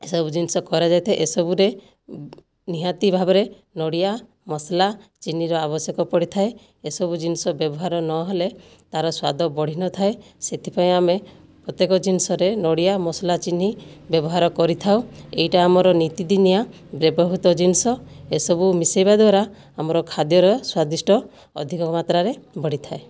ଏସବୁ ଜିନିଷ କରାଯାଇଥାଏ ଏସବୁରେ ନିହାତି ଭାବରେ ନଡ଼ିଆ ମସଲା ଚିନିର ଆବଶ୍ୟକ ପଡ଼ିଥାଏ ଏସବୁ ଜିନିଷ ବ୍ୟବହାର ନହେଲେ ତାର ସ୍ୱାଦ ବଢ଼ିନଥାଏ ସେଥିପାଇଁ ଆମେ ପ୍ରତ୍ୟେକ ଜିନିଷରେ ନଡ଼ିଆ ମସଲା ଚିନି ବ୍ୟବହାର କରିଥାଉ ଏଇଟା ଆମର ନିତିଦିନିଆ ବ୍ୟବହୃତ ଜିନିଷ ଏସବୁ ମିଶାଇବା ଦ୍ୱାରା ଆମର ଖାଦ୍ୟର ସ୍ୱାଦିଷ୍ଟ ଅଧିକ ମାତ୍ରାରେ ବଢ଼ିଥାଏ